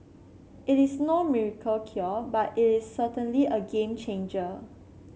it is no miracle cure but it is certainly a game changer